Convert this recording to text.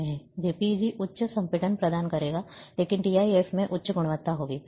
JPEG उच्च संपीड़न प्रदान करेगा लेकिन टीआईएफ में उच्च गुणवत्ता होगी